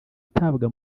itabwa